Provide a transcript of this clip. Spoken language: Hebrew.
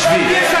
תשבי.